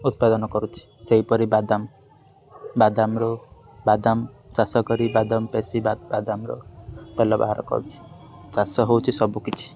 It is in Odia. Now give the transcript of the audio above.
ଉତ୍ପାଦନ କରୁଛି ସେହିପରି ବାଦାମ ବାଦାମରୁ ବାଦାମ ଚାଷ କରି ବାଦାମ ପେଷି ବାଦାମରୁ ତେଲ ବାହାର କରୁଛି ଚାଷ ହେଉଛି ସବୁକିଛି